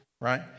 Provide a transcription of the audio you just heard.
Right